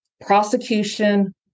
prosecution